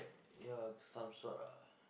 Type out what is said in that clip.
ya some sort ah